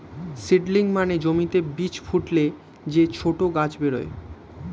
seedling মানে জমিতে বীজ ফুটলে যে ছোট গাছ বেরোয়